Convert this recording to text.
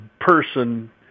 person